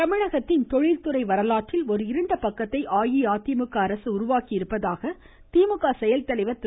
ஸ்டாலின் தமிழகத்தின் தொழில்துறை வரலாற்றில் ஒரு இருண்ட பக்கத்தை அதிமுக அரசு உருவாக்கியிருப்பதாக திமுக செயல்தலைவர் திரு